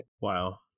Wow